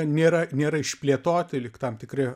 nėra nėra išplėtoti lyg tam tikri